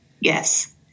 Yes